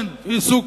כן, עם סוכר.